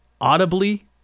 audibly